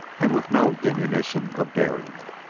and with no diminution of daring.